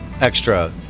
extra